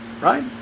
Right